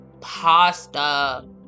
pasta